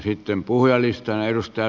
sitten puhujalistaan